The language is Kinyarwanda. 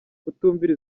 kutumvira